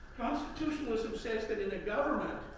constitutionalism says that in a government,